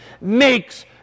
makes